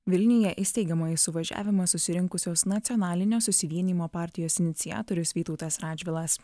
vilniuje į steigiamąjį suvažiavimą susirinkusios nacionalinio susivienijimo partijos iniciatorius vytautas radžvilas